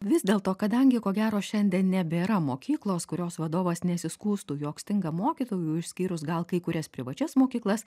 vis dėlto kadangi ko gero šiandien nebėra mokyklos kurios vadovas nesiskųstų jog stinga mokytojų išskyrus gal kai kurias privačias mokyklas